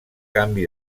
canvi